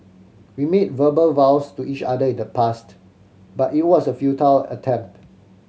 we made verbal vows to each other in the past but it was a futile attempt